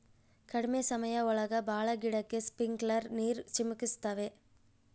ಕಡ್ಮೆ ಸಮಯ ಒಳಗ ಭಾಳ ಗಿಡಕ್ಕೆ ಸ್ಪ್ರಿಂಕ್ಲರ್ ನೀರ್ ಚಿಮುಕಿಸ್ತವೆ